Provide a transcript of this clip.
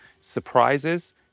surprises